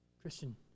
Christian